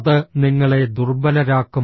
അത് നിങ്ങളെ ദുർബലരാക്കും